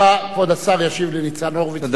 כבוד השר ישיב לניצן הורוביץ, תודה.